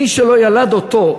מי שלא ילד אותו,